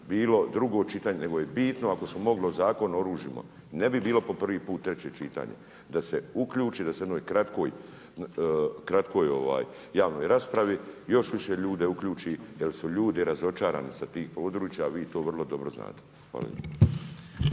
bilo, drugo čitanje, nego je bitno, ako smo mogli o Zakon o oružjima ne bi bilo po prvi put treće čitanje, da se uključi da se u jednoj kratkoj javnoj raspravi još više ljude uključi jer su ljudi razočarani sa tih područja, vi to vrlo dobro znate. Hvala